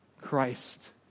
Christ